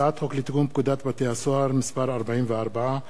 הצעת חוק לתיקון פקודת בתי-הסוהר (מס' 44)